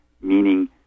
meaning